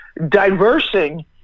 diversing